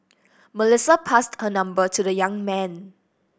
Melissa passed her number to the young man